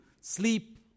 sleep